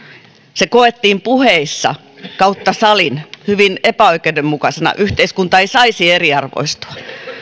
se koettiin puheissa kautta salin hyvin epäoikeudenmukaisena yhteiskunta ei saisi eriarvoistua